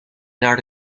naar